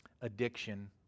addiction